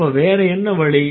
அப்ப வேற என்ன வழி